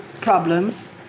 problems